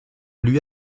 lui